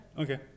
Okay